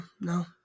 no